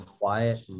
quiet